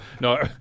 No